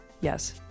yes